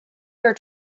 your